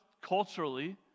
culturally